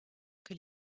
que